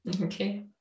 Okay